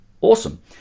Awesome